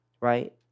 right